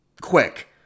quick